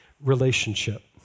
relationship